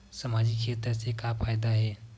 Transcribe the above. सामजिक क्षेत्र से का फ़ायदा हे?